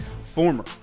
former